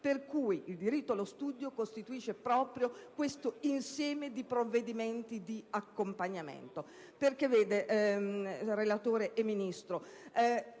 Il diritto allo studio costituisce proprio questo insieme di provvedimenti di accompagnamento.